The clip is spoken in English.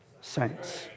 saints